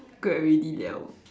grad already liao